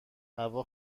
هوا